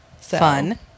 Fun